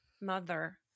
mother